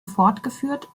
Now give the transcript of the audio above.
fortgeführt